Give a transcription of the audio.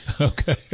Okay